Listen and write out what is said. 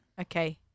Okay